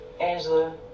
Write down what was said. Angela